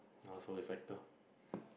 I was a reciter